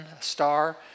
star